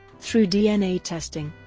through dna testing,